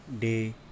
day